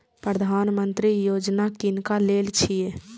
प्रधानमंत्री यौजना किनका लेल छिए?